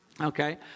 Okay